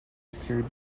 appeared